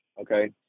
okay